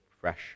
fresh